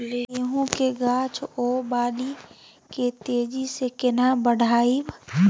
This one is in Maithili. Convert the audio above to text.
गेहूं के गाछ ओ बाली के तेजी से केना बढ़ाइब?